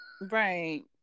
Right